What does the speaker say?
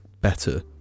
better